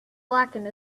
blackened